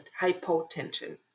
hypotension